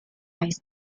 ice